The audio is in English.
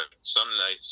sunlight